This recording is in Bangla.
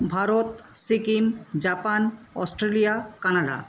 Bharat Sikkim Japan Australia Canada